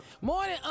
Morning